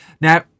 Now